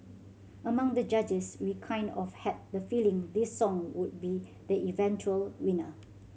amongst the judges we kind of had the feeling this song would be the eventual winner